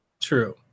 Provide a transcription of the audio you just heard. True